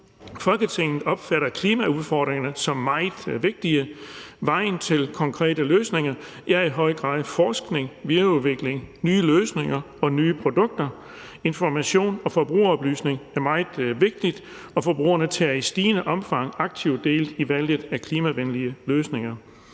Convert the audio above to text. »Folketinget opfatter klimaudfordringerne som meget vigtige. Vejen til konkrete løsninger er i høj grad forskning, videreudvikling, nye løsninger og nye produkter. Information og forbrugeroplysning er meget vigtig, og forbrugerne tager i stigende omfang aktivt del i valget af klimavenlige løsninger.